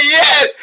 yes